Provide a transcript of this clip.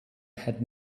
had